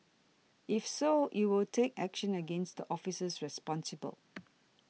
if so it will take action against the officers responsible